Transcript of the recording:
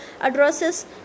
addresses